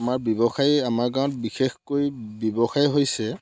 আমাৰ ব্যৱসায়ী আমাৰ গাঁৱত বিশেষকৈ ব্যৱসায় হৈছে